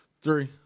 three